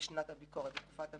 בשנת הביקורת, בתקופת הביקורת.